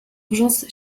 urgence